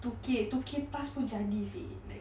two K two K plus pun jadi seh